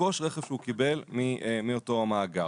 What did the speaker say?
לרכוש רכב שהוא קיבל מאותו המאגר,